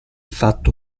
fatto